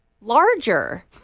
larger